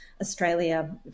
australia